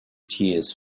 tears